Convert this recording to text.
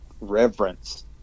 Reverence